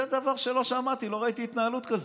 זה דבר שלא שמעתי, לא ראיתי התנהלות כזאת.